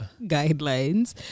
guidelines